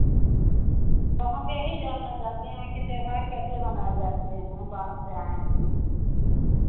तो हम यही जानना चाहते हैं यहाँ के त्योहार कैसे मनाए जाते हैं हम बाहर से आए हैं